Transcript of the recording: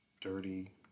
dirty